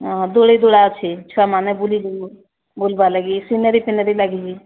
ହଁ ଧୁଳି ଧୂଳା ଅଛି ଛୁଆମାନେ ବୁଲିବେ ବୁଲିବା ଲାଗି ସିନେରୀ ଫିନେରୀ ଲାଗିକି